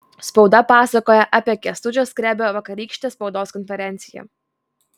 spauda pasakoja apie kęstučio skrebio vakarykštę spaudos konferenciją